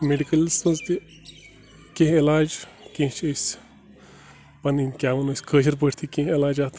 مٮ۪ڈِکَلس منٛز تہِ کیٚنٛہہ علاج کیٚنٛہہ چھِ أسۍ پَنٕنۍ کیٛاہ وَنو أسۍ کٲشٕر پٲٹھۍ تہِ کیٚنٛہہ علاج اَتھ